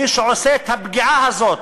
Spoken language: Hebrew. מי שעושה את הפגיעה הזו,